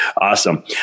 Awesome